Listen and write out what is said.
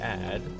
add